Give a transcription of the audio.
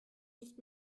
nicht